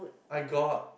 I got